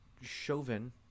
Chauvin